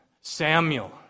Samuel